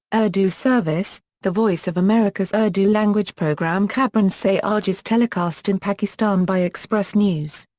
urdu service the voice of america's urdu-language program khabron se aage is telecast in pakistan by express news.